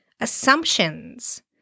assumptions